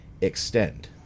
extend